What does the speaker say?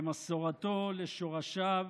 למסורתו, לשורשיו,